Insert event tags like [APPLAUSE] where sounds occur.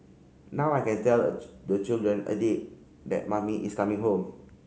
now I can tell [UNINTELLIGIBLE] the children a date that mummy is coming home